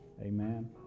Amen